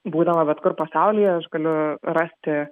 būdama bet kur pasaulyje aš galiu rasti